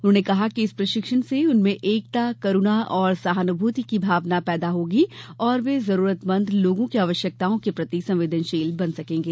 उन्होंने कहा कि इस प्रशिक्षण से उनमें एकता करूणा और सहानुभूति की भावना पैदा होगी और वे जरूरतमंद लोगों की आवश्यकताओं के प्रति संवेदनशील बन सकेंगे